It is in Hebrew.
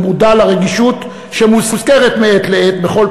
אני מודע לרגישות שמוזכרת מעת לעת בכל